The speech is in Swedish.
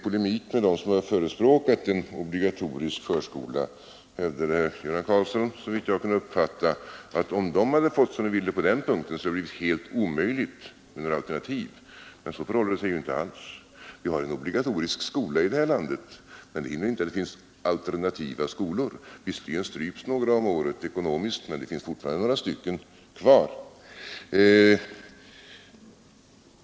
Om jag uppfattade herr Karlsson rätt hävdade han att om de som förespråkat en obligatorisk förskola får sin vilja fram, så är det omöjligt med en alternativ skola. Men så förhåller det sig ju inte alls. Vi har en obligatorisk skola i det här landet, men det hindrar inte att det finns alternativa skolor. Visserligen stryps några av dem varje år ekonomiskt, men fortfarande finns det några stycken kvar.